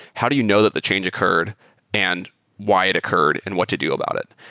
how do you know that the change occurred and why it occurred and what to do about it?